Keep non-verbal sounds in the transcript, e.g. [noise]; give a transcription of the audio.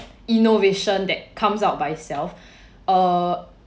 innovation that comes out by itself [breath] uh